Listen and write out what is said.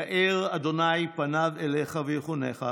יאר ה' פניו אליך ויחֻנך.